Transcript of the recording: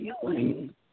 feeling